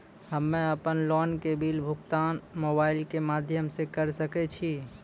हम्मे अपन लोन के बिल भुगतान मोबाइल के माध्यम से करऽ सके छी?